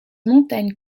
montagne